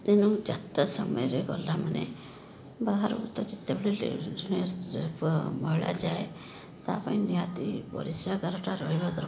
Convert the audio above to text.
ତେଣୁ ଯାତ୍ରା ସମୟରେ ଗଲାମାନେ ବାହାରକୁ ତ ମହିଳା ଯାଏ ତା ପାଇଁ ନିହାତି ପରିସ୍ରାଗାର ଟା ରହିବା ଦରକାର